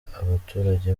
abaturage